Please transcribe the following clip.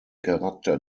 charakter